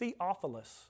Theophilus